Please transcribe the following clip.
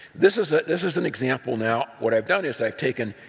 this is ah this is an example now, what i've done is i've taken